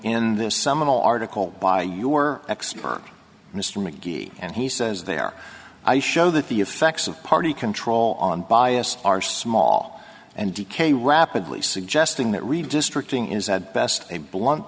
in this seminal article by your expert mr mcgee and he says there i show that the effects of party control on bias are small and decay rapidly suggesting that redistricting is at best a blunt